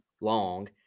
long